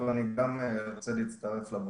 אני רוצה להבין מה הסיפור הזה של שימוש